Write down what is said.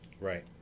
Right